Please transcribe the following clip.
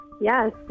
Yes